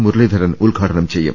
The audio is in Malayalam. മുരളീധരൻ ഉദ്ഘാടനം ചെയ്യും